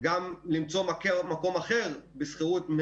גם למצוא מקום ממוגן אחר בשכירות,